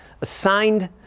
assigned